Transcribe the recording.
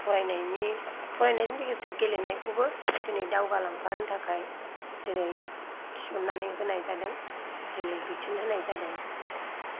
फरायनायनि लोगोसे गेलेनायखौबो दिनै दावगालांफानो थाखाय दिनै थिसननानै होनाय जादों दिनै बिथोन होनाय जादों